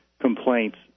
complaints